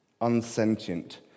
unsentient